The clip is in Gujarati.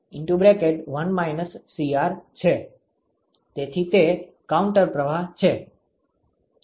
તેથી તે કાઉન્ટર પ્રવાહ છે